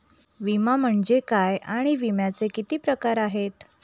विमा म्हणजे काय आणि विम्याचे किती प्रकार आहेत?